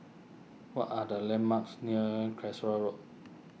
what are the landmarks near Calshot Road